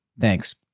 Thanks